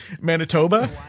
Manitoba